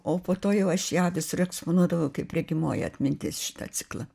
o po to jau aš ją visur eksponuodavau kaip regimoji atmintis šitą ciklą